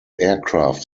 aircraft